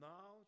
Now